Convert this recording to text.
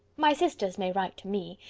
my sisters may write to me.